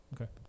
Okay